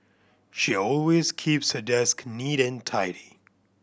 she always keeps her desk neat and tidy